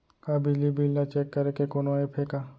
का बिजली बिल ल चेक करे के कोनो ऐप्प हे का?